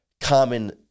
common